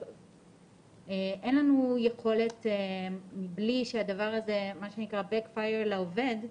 אין לנו יכולת מבלי שהדבר הזה back fire לעובד.